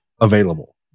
available